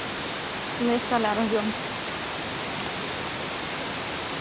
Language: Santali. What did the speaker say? ᱵᱮᱥ ᱛᱟᱞᱦᱮ ᱟᱨᱚ ᱦᱤᱡᱩᱜᱼᱟᱢ